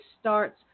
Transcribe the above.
starts